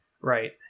Right